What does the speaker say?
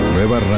Nueva